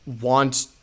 want